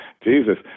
Jesus